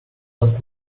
last